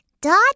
Dot